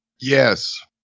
Yes